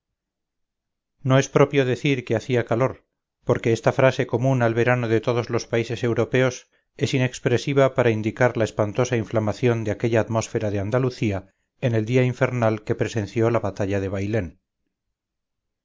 no es propio decir que hacía calor porque esta frase común al verano de todos los países europeos es inexpresiva para indicar la espantosa inflamación de aquella atmósfera de andalucía en el día infernal que presenció la batalla de bailén